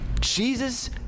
Jesus